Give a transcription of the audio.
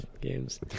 games